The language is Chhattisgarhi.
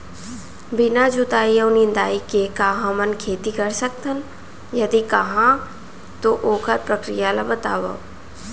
बिना जुताई अऊ निंदाई के का हमन खेती कर सकथन, यदि कहाँ तो ओखर प्रक्रिया ला बतावव?